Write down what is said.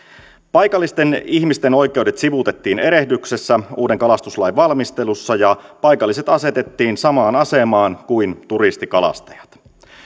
paikallisten ihmisten oikeudet sivuutettiin erehdyksessä uuden kalastuslain valmistelussa ja paikalliset asetettiin samaan asemaan kuin turistikalastajat